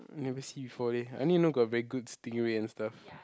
never see before leh I only know got very good stingray and stuff